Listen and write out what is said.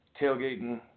tailgating